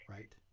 Right